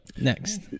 Next